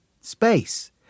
space